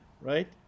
right